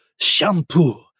shampoo